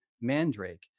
mandrake